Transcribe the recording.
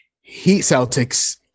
Heat-Celtics